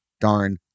darn